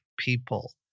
people